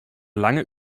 lange